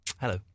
Hello